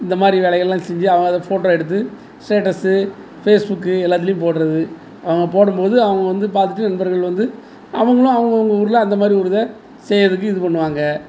இந்த மாதிரி வேலைகளெலாம் செஞ்சு அவங்க அதை ஃபோட்டோ எடுத்து ஸ்டேட்டஸ்ஸு ஃபேஸ் புக்கு எல்லாத்துலேயும் போடுறது அவங்க போடும்போது அவங்க வந்து பார்த்துட்டு நண்பர்கள் வந்து அவங்களும் அவுங்கவங்க ஊரில் அந்த மாதிரி ஒரு இதை செய்கிறதுக்கு இது பண்ணுவாங்க